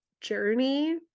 journey